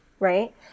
right